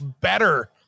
better